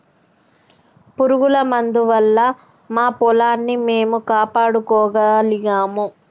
పురుగుల మందు వల్ల మా పొలాన్ని మేము కాపాడుకోగలిగాము